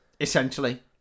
Essentially